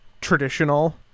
traditional